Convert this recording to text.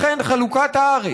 לכן חלוקת הארץ,